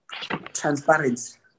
transparency